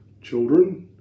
Children